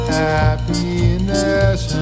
happiness